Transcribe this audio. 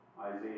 Isaiah